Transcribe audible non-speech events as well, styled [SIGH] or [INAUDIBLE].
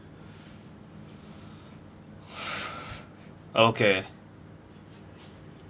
[BREATH] okay